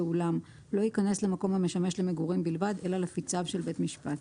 ואולם לא ייכנס למקום המשמש למגורים בלבד אלא לפי צו של בית משפט".